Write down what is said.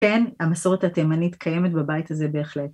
כן, המסורת התימנית קיימת בבית הזה בהחלט.